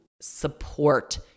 support